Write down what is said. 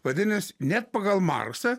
vadinas net pagal marsą